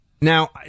now